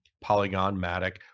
Polygon-Matic